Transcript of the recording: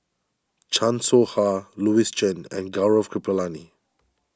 Chan Soh Ha Louis Chen and Gaurav Kripalani